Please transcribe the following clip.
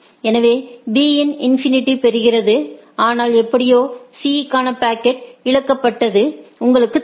எனவே B யும் infinity பெறுகிறது ஆனால் எப்படியோ C க்கான பாக்கெட் இழக்கப்பட்டது உங்களுக்குத் தெரியும்